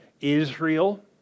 Israel